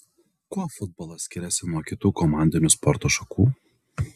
kuo futbolas skiriasi nuo kitų komandinių sporto šakų